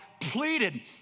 pleaded